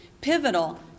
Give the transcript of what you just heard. pivotal